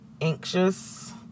anxious